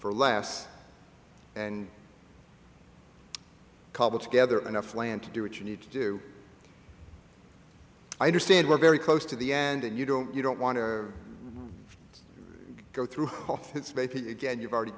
for last and cobble together enough land to do what you need to do i understand we're very close to the end and you don't you don't want to go through again you've already